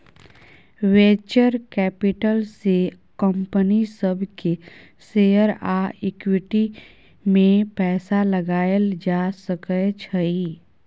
venture capital से company सब के शेयर आ इक्विटी में पैसा लगाएल जा सकय छइ